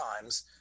times